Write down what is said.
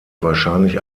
wahrscheinlich